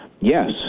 yes